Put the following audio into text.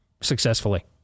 successfully